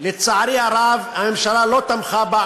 לצערי הרב, הממשלה לא תמכה בה.